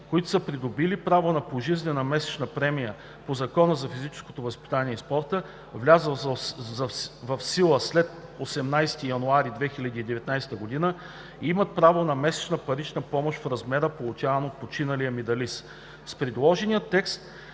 които са придобили право на пожизнена месечна премия по Закона за физическото възпитание и спорта, влязъл в сила след 18 януари 2019 г., имат право на месечна парична помощ в размера, получаван от починалия медалист. С предложения текст